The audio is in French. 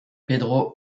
pedro